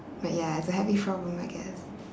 but ya it's a happy problem I guess